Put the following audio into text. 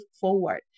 forward